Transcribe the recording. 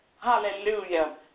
hallelujah